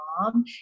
mom